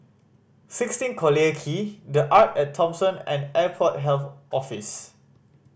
Sixteen Collyer Quay The Arte At Thomson and Airport Health Office